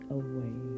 away